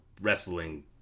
wrestling